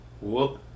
Whoop